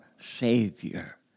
Savior